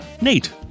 Nate